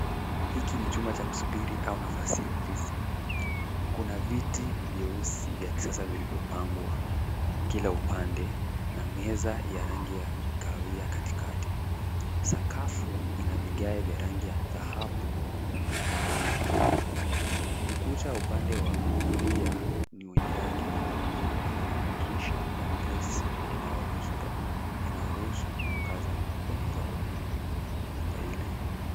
Hiki ni chumba kusubiri au nafasi ya ofisi. Kuna viti vyeusi vya kisasa vilivyopangwa kwa kila upande na meza ya rangi ya kahawia katikati. Sakafu ina vigae vya rangi ya dhahabu na kahawia. Ukuta upande wa kulia ni wenye rangi nyekundu na kuna madirisha ya glesi yanayoruhusu mwangaza kupenyeza kwenye nyumba ile.